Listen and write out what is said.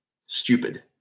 stupid